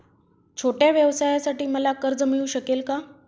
छोट्या व्यवसायासाठी मला कर्ज मिळू शकेल का?